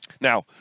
Now